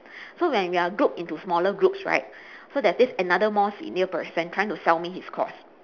so when we are group into smaller groups right so there's this another more senior person trying to sell me his course